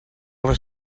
les